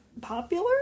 popular